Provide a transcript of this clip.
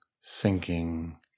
sinking